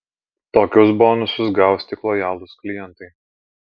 tokius bonusus gaus tik lojalūs klientai